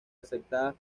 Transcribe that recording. aceptadas